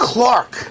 Clark